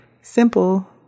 simple